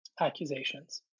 accusations